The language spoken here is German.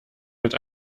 mit